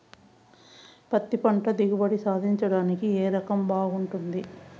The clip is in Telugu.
పత్తి పంట దిగుబడి సాధించడానికి ఏ రకం బాగుంటుంది?